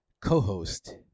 co-host